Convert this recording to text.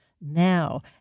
Now